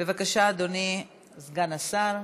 בבקשה, אדוני סגן השר,